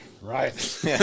right